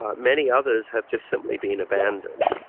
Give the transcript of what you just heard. ah many others have just simply been abandoned.